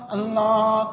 Allah